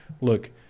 look